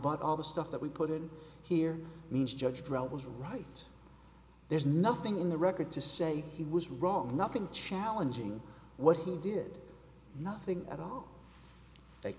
but all the stuff that we put in here means judge dredd was right there's nothing in the record to say he was wrong nothing challenging what he did nothing at all